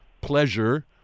pleasure